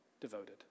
devoted